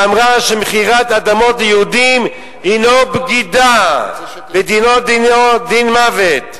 ואמרה שמכירת אדמות ליהודים היא בגידה ודינה דין מוות.